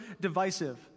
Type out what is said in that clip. divisive